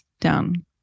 down